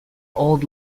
old